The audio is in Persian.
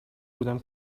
بودم